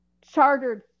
chartered